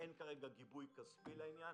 אין כרגע גיבוי כספי לעניין